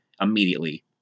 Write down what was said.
immediately